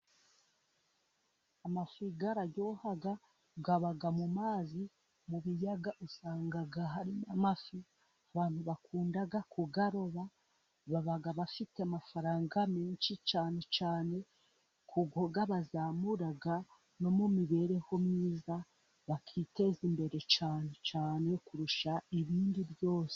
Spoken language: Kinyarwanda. Amafi araryoha aba mu mazi, mu biyaga usanga hari amafi, abantu bakunda kuyaroba baba bafite amafaranga menshi cyane cyane, kuko abazamura no mu mibereho myiza, bakiteza imbere cyane cyane kurusha ibindi byose.